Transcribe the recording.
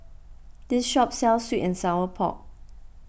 this shop sells Sweet and Sour Pork